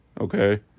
Okay